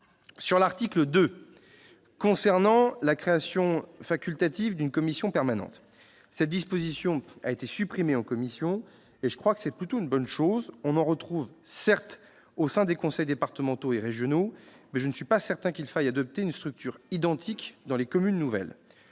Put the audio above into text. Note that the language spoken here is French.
... L'article 2 a trait à la création facultative d'une commission permanente. Cette disposition a été supprimée en commission, et je crois que c'est plutôt une bonne chose. On trouve certes de telles instances au sein des conseils départementaux et régionaux, mais je ne suis pas certain qu'il faille créer une structure identique pour les communes nouvelles.